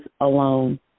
alone